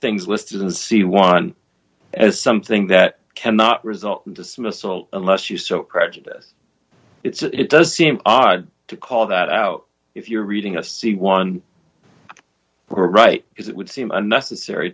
things listed and see one as something that cannot result in dismissal unless you so prejudice it's it does seem odd to call that out if you're reading a c one right because it would seem unnecessary